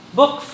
book